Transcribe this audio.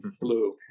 blue